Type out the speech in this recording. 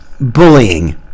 bullying